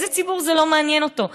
איזה ציבור זה לא מעניין אותו?